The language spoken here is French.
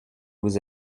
vous